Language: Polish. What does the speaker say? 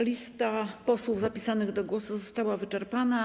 Lista posłów zapisanych do głosu została wyczerpana.